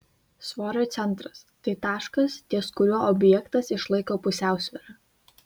svorio centras tai taškas ties kuriuo objektas išlaiko pusiausvyrą